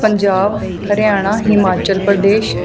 Punjab Haryana Himachal Pradesh